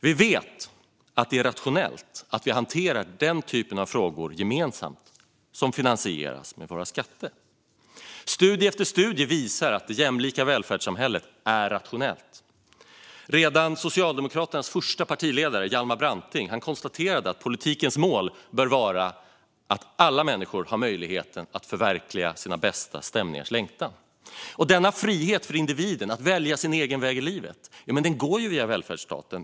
Vi vet att det är rationellt att vi hanterar sådant som finansieras med våra skatter gemensamt. Studie efter studie visar att det jämlika välfärdssamhället är rationellt. Redan Socialdemokraternas förste partiledare Hjalmar Branting konstaterade att politikens mål bör vara att alla människor har möjlighet att "förverkliga sina bästa stämningars längtan". Denna frihet för individen att välja sin egen väg i livet går via välfärdsstaten.